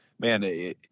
Man